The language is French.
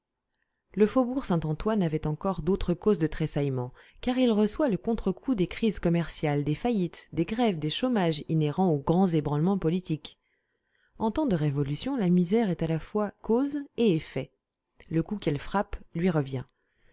le faubourg saint-antoine avait encore d'autres causes de tressaillement car il reçoit le contre-coup des crises commerciales des faillites des grèves des chômages inhérents aux grands ébranlements politiques en temps de révolution la misère est à la fois cause et effet le coup qu'elle frappe lui revient